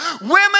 Women